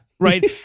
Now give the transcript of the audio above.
Right